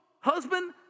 husband